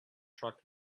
truck